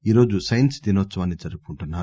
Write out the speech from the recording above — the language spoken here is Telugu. ఈరోజు సైన్సు దినోత్సవాన్ని జరుపుకుంటున్నారు